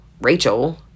Rachel